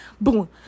boom